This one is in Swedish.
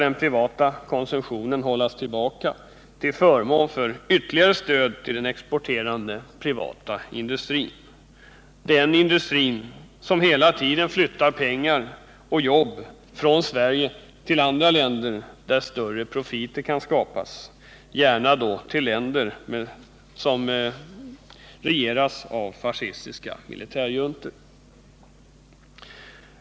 Den privata konsumtionen skall hållas tillbaka till förmån för ytterligare stöd till den exporterande privata industrin, den industri som hela tiden flyttar pengar och jobb från Sverige till länder där större profiter kan skapas, gärna till länder som regeras av fascistiska militärjuntor.